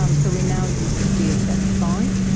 um so we now use the d s m five,